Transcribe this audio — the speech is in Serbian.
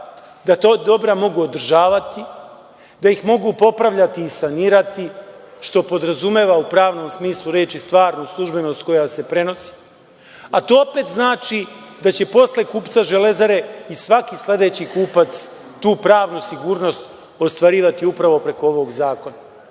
da ta dobra mogu održavati, da ih mogu popravljati i sanirati, što podrazumeva u pravnom smislu reči stvarnu službenost, koja se prenosi. To opet znači da će posle kupca „Železare“ i svaki sledeći kupac tu pravnu sigurnost ostvarivati upravo preko ovog zakona.I